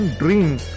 dreams